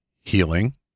healing